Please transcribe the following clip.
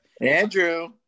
Andrew